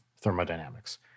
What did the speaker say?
thermodynamics